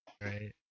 right